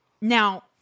Now